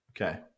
Okay